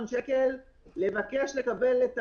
אותו דבר.